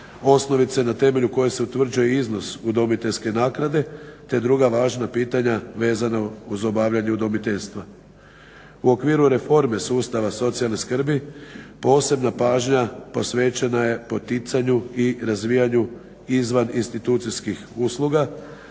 Osnovica na temelju koje se utvrđuje iznos udomiteljske naknade, te druga važna pitanja veza uz obavljanje udomiteljstva. U okviru reforme sustava socijalne skrbi, posebna pažnja posvećena je poticanju i razvijanju izvan institucijskih usluga